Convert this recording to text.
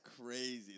crazy